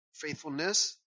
Faithfulness